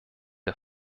der